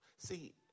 See